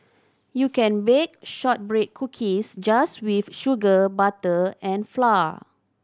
you can bake shortbread cookies just with sugar butter and flour